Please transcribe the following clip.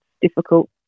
difficult